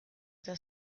eta